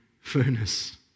furnace